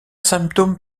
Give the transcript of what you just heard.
symptôme